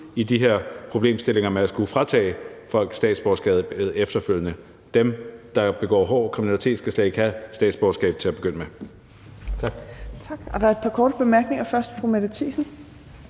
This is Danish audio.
i de her problemstillinger med at skulle fratage folk statsborgerskabet efterfølgende. Dem, der begår hård kriminalitet, skal slet ikke have statsborgerskab til at begynde med. Tak.